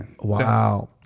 Wow